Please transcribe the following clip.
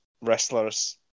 wrestlers